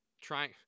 trying –